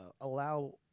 allow